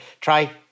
try